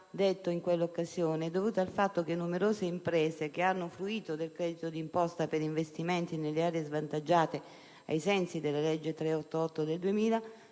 Grazie,